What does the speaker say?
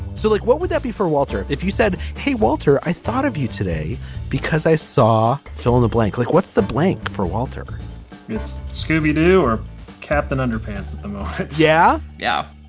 so like what would that be for walter if you said hey walter i thought of you today because i saw fill in the blank like what's the blank for walter it's scooby doo or captain underpants at the yeah yeah.